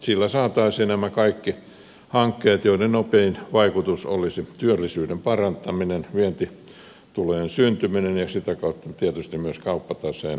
sillä saataisiin nämä kaikki hankkeet joiden nopein vaikutus olisi työllisyyden parantaminen vientitulojen syntyminen ja sitä kautta tietysti myös kauppataseen parantuminen